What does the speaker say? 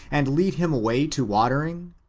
and lead him away to watering?